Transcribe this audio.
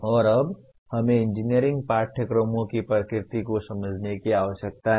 और अब हमें इंजीनियरिंग पाठ्यक्रमों की प्रकृति को समझने की आवश्यकता है